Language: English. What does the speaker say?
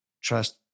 Trust